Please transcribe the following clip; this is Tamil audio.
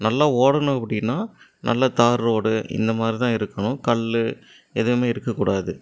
நல்லா ஓடனும் அப்படினா நல்ல தார் ரோடு இந்தமாதிரி தான் இருக்கணும் கல் எதுவுமே இருக்கக்கூடாது